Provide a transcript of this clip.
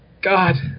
God